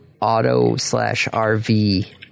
auto-slash-RV